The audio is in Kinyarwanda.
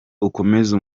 ukomeze